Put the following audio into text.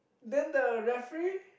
then the referee